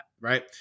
right